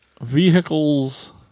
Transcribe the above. vehicles